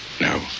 No